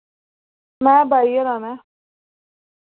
में by air आना